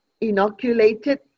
inoculated